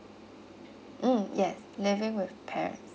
mm yes living with parents